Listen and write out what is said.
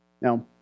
Now